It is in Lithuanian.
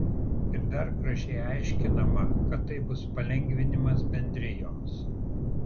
ir dar gražiai aiškinama kad tai bus palengvinimas bendrijoms